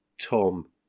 Tom